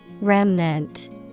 Remnant